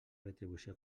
retribució